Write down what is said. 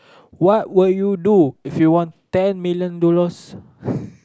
what will you do if you want ten million dollars